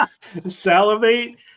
salivate